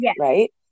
right